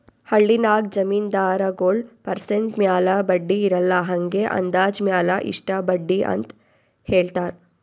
ಹಳ್ಳಿನಾಗ್ ಜಮೀನ್ದಾರಗೊಳ್ ಪರ್ಸೆಂಟ್ ಮ್ಯಾಲ ಬಡ್ಡಿ ಇರಲ್ಲಾ ಹಂಗೆ ಅಂದಾಜ್ ಮ್ಯಾಲ ಇಷ್ಟ ಬಡ್ಡಿ ಅಂತ್ ಹೇಳ್ತಾರ್